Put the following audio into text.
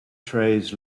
trays